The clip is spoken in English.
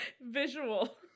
visual